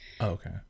Okay